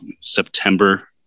September